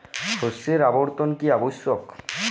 শস্যের আবর্তন কী আবশ্যক?